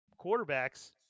quarterbacks